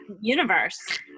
universe